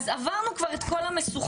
אז עברנו כבר את כל המשוכות,